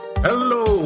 Hello